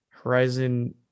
horizon